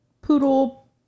poodle